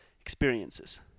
experiences